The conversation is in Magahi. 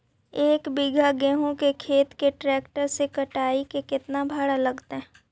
एक बिघा गेहूं के खेत के ट्रैक्टर से कटाई के केतना भाड़ा लगतै?